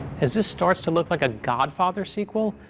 as this starts to look like a godfather sequel,